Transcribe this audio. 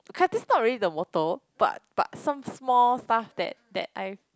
okay ah this is not really the motto but but some small stuff that that I